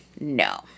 no